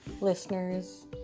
listeners